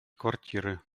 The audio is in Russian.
квартиры